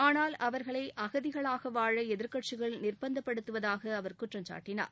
ஆனால் அவர்களை அகதிகளாக வாழ எதிர்க்கட்சிகள் நிர்பந்தப்படுத்துவதாக அவர் குற்றம் சாட்டினார்